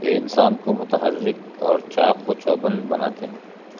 یہ انسان کو متحرک اور چاق و چوبند بناتے ہیں